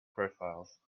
profiles